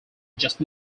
just